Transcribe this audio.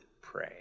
pray